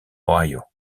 ohio